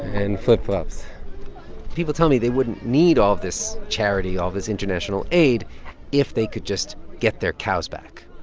and flip-flops people tell me they wouldn't need all this charity, all this international aid if they could just get their cows back.